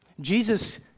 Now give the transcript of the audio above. Jesus